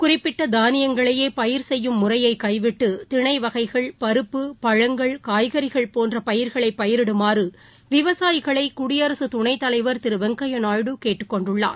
குறிப்பிட்டதானியங்களையேபயிர்செய்யும் முறையைகவிட்டுதிணைவகைள் பருப்பு பழங்கள் காய்கறிகள் போன்றபயிர்களைபயிரிடுமாறுவிவசாயிகளைகுடியரசுதுணைத் தலைவர் திருவெங்கையநாயுடு கேட்டுக்கொண்டுள்ளார்